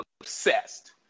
Obsessed